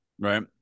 right